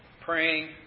praying